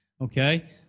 Okay